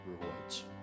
rewards